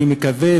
אני מקווה,